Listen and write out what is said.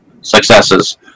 successes